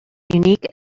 unique